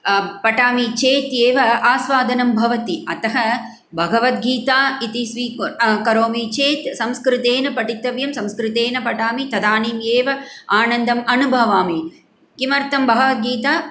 पठामि चेत् एव आस्वादनं भवति अतः भगवद्गीता इति करोमि चेत् संस्कृतेन पठितव्यं संस्कृतेन पठा तदानीम् एव आनन्दम् अनुभवामि किमर्थं भगवद्गीता